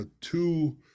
two